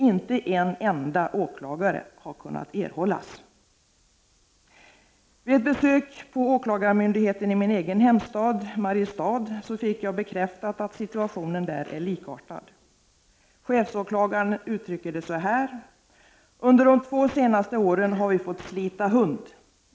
Inte en enda åklagare har kunnat erhållas.” Vid ett besök på åklagarmyndigheten i min egen hemstad, Mariestad, fick jag bekräftat att situationen där är likadan. Chefsåklagaren uttrycker det så här: ”Under de två senaste åren har vi fått slita hund.